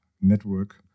network